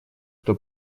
кто